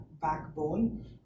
backbone